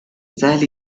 sal